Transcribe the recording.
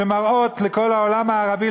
שמראות לכל העולם הערבי,